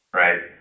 right